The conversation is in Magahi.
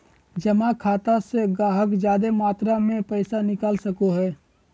जमा खाता से गाहक जादे मात्रा मे पैसा निकाल सको हय